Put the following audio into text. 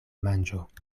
manĝo